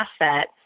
asset